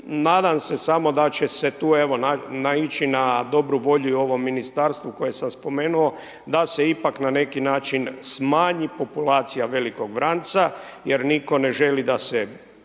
Nadam se, samo da će se tu naići na dobru volju u ovom Ministarstvu, koje sam spomenuo, da se ipak na neki način smanji populacija velikog vranca jer nitko ne želi da se